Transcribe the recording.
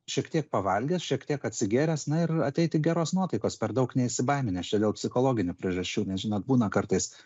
šiek tiek pavalgęs šiek tiek atsigėręs na ir ateiti geros nuotaikos per daug neįsibaiminęs čia dėl psichologinių priežasčių nes žinot būna kartais